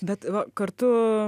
bet va kartu